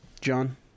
John